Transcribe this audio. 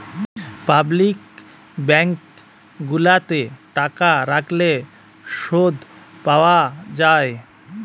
public bank গুলাতে টাকা রাখলে শুধ পাওয়া যায়